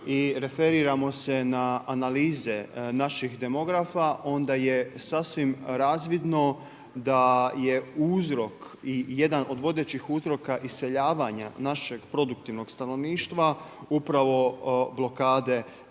i referiramo se na analize naših demografa, onda je sasvim razvidno da je uzrok i jedan od vodećih uzroka iseljavanja našeg produktivnog stanovništva upravo blokade